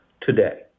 today